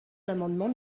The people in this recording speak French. l’amendement